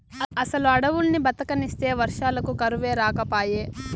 అసలు అడవుల్ని బతకనిస్తే వర్షాలకు కరువే రాకపాయే